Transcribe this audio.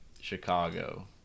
Chicago